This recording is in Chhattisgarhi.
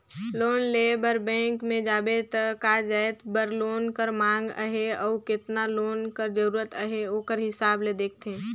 लोन लेय बर बेंक में जाबे त का जाएत बर लोन कर मांग अहे अउ केतना लोन कर जरूरत अहे ओकर हिसाब ले देखथे